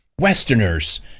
Westerners